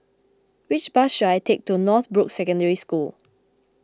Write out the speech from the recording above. which bus should I take to Northbrooks Secondary School